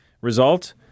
Result